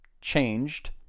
changed